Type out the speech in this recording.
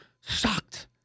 sucked